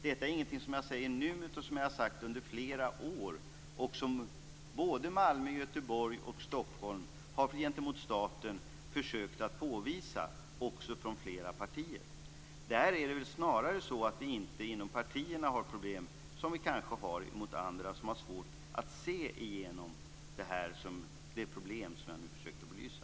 Det är ingenting som jag enbart säger nu, utan det har jag sagt under flera år. I både Malmö och Göteborg, liksom i Stockholm, har flera partier också försökt att påvisa detta gentemot staten. Där är det snarare så att vi inte inom partierna har problem, som vi kanske har mot andra, som har svårt att se igenom de problem som jag nu försökt att belysa.